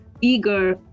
eager